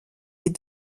les